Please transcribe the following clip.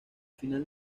final